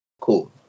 Cool